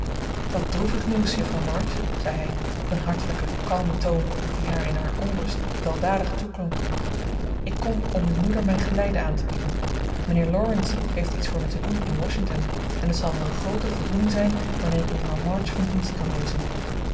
wat droevig nieuws juffrouw march zei hij op een hartelijken kalmen toon die haar in haar onrust weldadig toeklonk ik kom om uw moeder mijn geleide aan te bieden mijnheer laurence heeft iets voor me te doen in washington en het zal me een groote voldoening zijn wanneer ik mevrouw march van dienst kan wezen